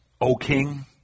O-King